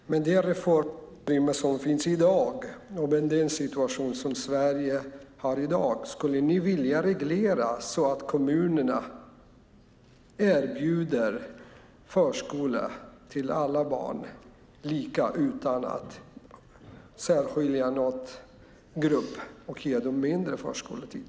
Fru talman! Med det reformutrymme som finns och med den situation som Sverige har i dag, skulle ni vilja reglera så att kommunerna erbjuder lika mycket förskoletid till alla barn och inte särskiljer någon grupp som får mindre förskoletid?